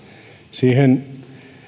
siihen